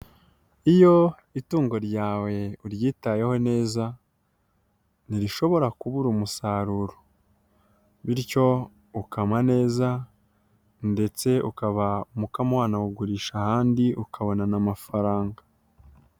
Iyo itungo ryawe uryitayeho neza, ntirishobora kubura umusaruro bityo ukama neza ndetse ukaba umukamo wa wugurisha ahandi ukabona n'amafaranga.